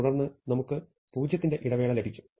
തുടർന്ന് നമുക്ക് 0 ന്റെ ഇടവേള ലഭിക്കും